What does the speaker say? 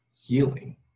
healing